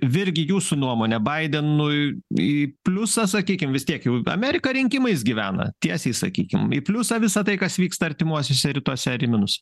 virgi jūsų nuomone baidenui į pliusą sakykim vis tiek jau amerika rinkimais gyvena tiesiai sakykim į pliusą visa tai kas vyksta artimuosiuose rytuose ar į minusą